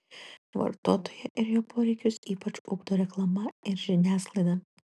vartotoją ir jo poreikius ypač ugdo reklama ir žiniasklaida